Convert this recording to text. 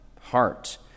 heart